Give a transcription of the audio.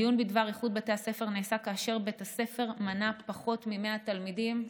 הדיון בדבר איחוד בתי הספר נעשה כאשר בית הספר מנה פחות מ-100 תלמידים,